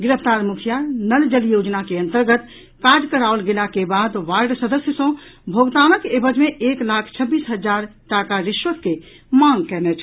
गिरफ्तार मुखिया नल जल योजना के अंतर्गत काज कराओल गेला के बाद वार्ड सदस्य सॅ भोगतानक एवज मे एक लाख छब्बीस हजार टाका रिश्वत के मांग कयने छल